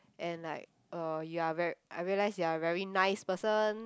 and like uh you are very I realise you are very nice person